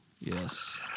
Yes